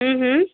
हम्म हम्म